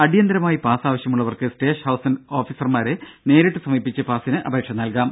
അടിയന്തിരമായി പാസ്സ് ആവശ്യമുള്ളവർക്ക് station house ഓഫീസർമാരെ നേരിട്ട് സമീപിച്ച് പാസ്സിന് അപേക്ഷ നൽകാം